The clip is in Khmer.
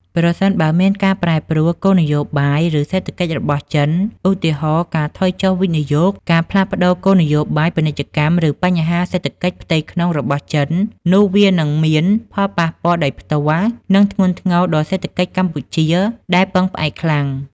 ប្រសិនបើមានការប្រែប្រួលគោលនយោបាយ ឬសេដ្ឋកិច្ចរបស់ចិន ឧទាហរណ៍ ការថយចុះវិនិយោគ ការផ្លាស់ប្តូរគោលនយោបាយពាណិជ្ជកម្ម ឬបញ្ហាសេដ្ឋកិច្ចផ្ទៃក្នុងរបស់ចិន នោះវានឹងមានផលប៉ះពាល់ដោយផ្ទាល់ និងធ្ងន់ធ្ងរដល់សេដ្ឋកិច្ចកម្ពុជាដែលពឹងផ្អែកខ្លាំង។